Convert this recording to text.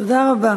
תודה רבה.